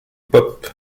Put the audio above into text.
pop